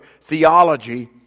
theology